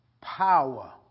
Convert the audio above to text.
power